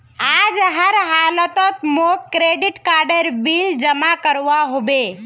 आज हर हालौत मौक क्रेडिट कार्डेर बिल जमा करवा होबे